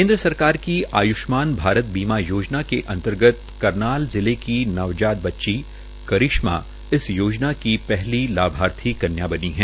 केन्द्र सरकार की आय्ष्मान भारत योजना के अंतर्गत करनाल जिले की नवजात बच्ची करिश्मा इस योजना की पहली लाभार्थी कन्या बनी है